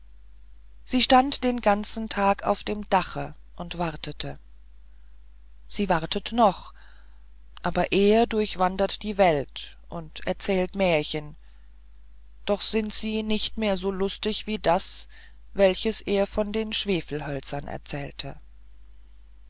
sie stand den ganzen tag auf dem dache und wartete sie wartet noch aber er durchwandert die welt und erzählt märchen doch sind sie nicht mehr so lustig wie das welches er von den schwefelhölzern erzählte